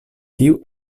tiu